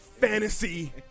fantasy